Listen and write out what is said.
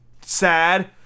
sad